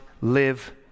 live